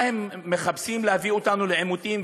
מה, הם מחפשים להביא אותנו לעימותים?